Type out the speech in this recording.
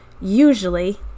usually